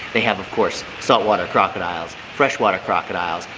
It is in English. they have, of course saltwater crocodiles, freshwater crocodiles,